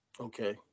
Okay